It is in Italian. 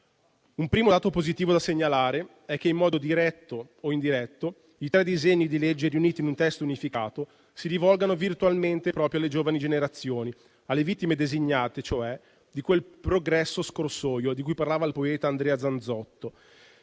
Un primo dato positivo da segnalare è che, in modo diretto o indiretto, i tre disegni di legge riuniti in un testo unificato si rivolgano virtualmente proprio alle giovani generazioni, alle vittime designate, cioè, di quel progresso scorsoio di cui parlava il poeta Andrea Zanzotto.